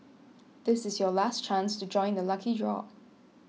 this is your last chance to join the lucky draw